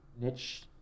niche